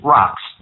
Rocks